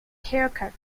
haircut